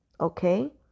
okay